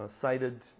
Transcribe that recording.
cited